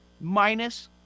minus